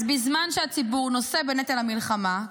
אז בזמן שהציבור נושא בנטל המלחמה,